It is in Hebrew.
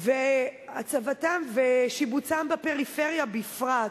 ובהצבתם ושיבוצם בפריפריה בפרט,